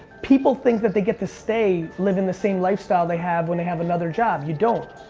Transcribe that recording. people think that they get to stay living the same lifestyle they have when they have another job, you don't.